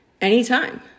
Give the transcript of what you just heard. anytime